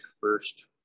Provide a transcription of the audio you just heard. first